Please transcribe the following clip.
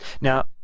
Now